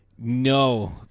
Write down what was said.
no